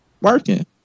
working